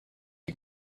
you